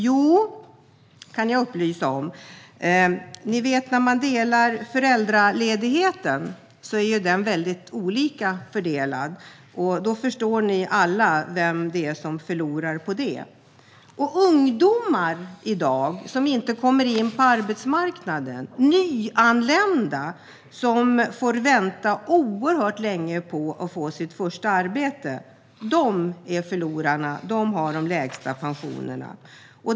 Jag kan upplysa om det. Ni vet att föräldraledigheten fördelas väldigt olika. Då förstår ni alla vilka som förlorar på det. Det finns ungdomar i dag som inte kommer in på arbetsmarknaden. Det finns nyanlända som får vänta oerhört länge på att få sitt första arbete. De är förlorarna. De har de lägsta pensionerna.